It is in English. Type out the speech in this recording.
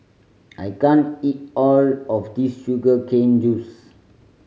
I can't eat all of this sugar cane juice